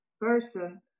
person